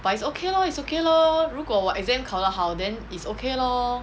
but it's okay lor it's okay lor 如果我 exam 考的好 then it's okay lor